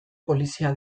polizia